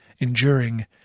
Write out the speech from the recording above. enduring